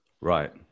Right